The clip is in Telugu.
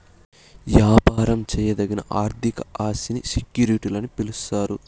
యాపారం చేయదగిన ఆర్థిక ఆస్తిని సెక్యూరిటీలని పిలిస్తారు